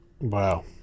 Wow